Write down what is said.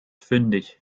fündig